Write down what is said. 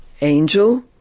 Angel